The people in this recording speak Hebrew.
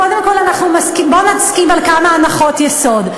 קודם כול, בוא נסכים על כמה הנחות יסוד.